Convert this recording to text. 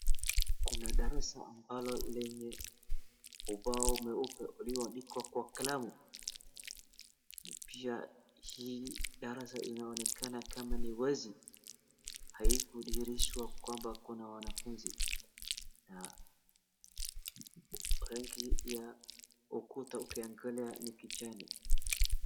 Kuna darasa ambalo lenye ubao mweupe ulioandikwa kwa kalamu. Na pia hii darasa inaonekana kama ni wazi, haikudhihirihswa kwamba kuna wanafunzi. Na rangi ya ukuta ukiangalia ni kijani.